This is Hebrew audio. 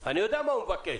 אני יודע מה הוא מבקש.